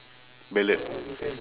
ballad